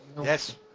Yes